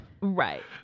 Right